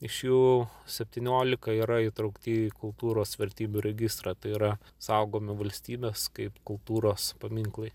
iš jų septyniolika yra įtraukti į kultūros vertybių registrą tai yra saugomi valstybės kaip kultūros paminklai